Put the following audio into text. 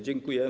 Dziękuję.